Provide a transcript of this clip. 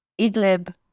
Idlib